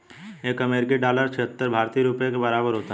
एक अमेरिकी डॉलर छिहत्तर भारतीय रुपये के बराबर होता है